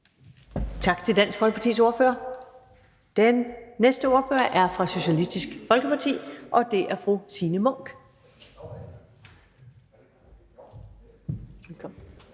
Tak til Dansk Folkepartis ordfører. Den næste ordfører er fra Socialistisk Folkeparti, og det er fru Signe Munk.